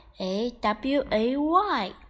A-W-A-Y